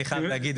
אני חייב להגיד.